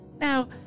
Now